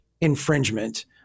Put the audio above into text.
infringement